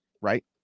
right